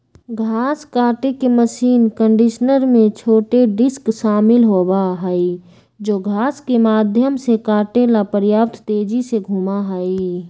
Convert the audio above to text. घास काटे के मशीन कंडीशनर में छोटे डिस्क शामिल होबा हई जो घास के माध्यम से काटे ला पर्याप्त तेजी से घूमा हई